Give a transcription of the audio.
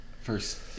First